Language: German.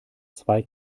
zwei